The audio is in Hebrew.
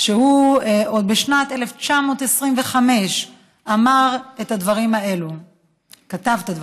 שהוא עוד בשנת 1925 כתב את הדברים האלה: